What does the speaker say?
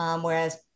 whereas